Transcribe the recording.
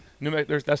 New